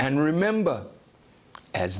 and remember as